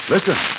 Listen